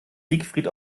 siegfried